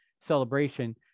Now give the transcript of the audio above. Celebration